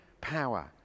power